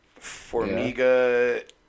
Formiga